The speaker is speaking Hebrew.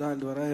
תודה על דברייך.